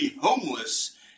Homeless